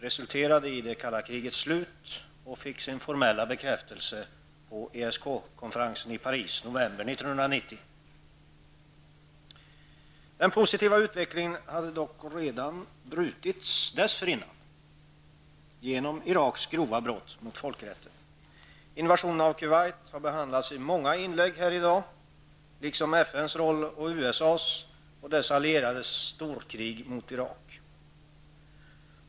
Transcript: Den resulterade i det kalla krigets slut och fick sin formella bekräftelse på ESK-konferensen i Paris i november 1990. Den positiva utvecklingen hade dock brutits dessförinnan genom Iraks grova brott mot folkrätten. Frågan om invasionen i Kuwait liksom frågan om FNs och USAs roll samt om de allierades storkrig mot Irak har behandlats i många inlägg tidigare här i dag.